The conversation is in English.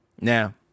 Now